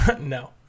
No